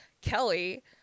Kelly